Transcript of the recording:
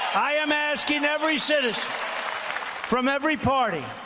i'm asking every citizen from every party,